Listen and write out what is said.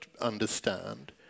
understand